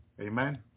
Amen